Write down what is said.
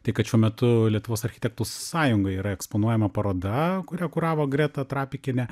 tai kad šiuo metu lietuvos architektų sąjungoj yra eksponuojama paroda kurią kuravo greta trapikienė